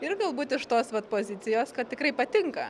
ir galbūt iš tos vat pozicijos kad tikrai patinka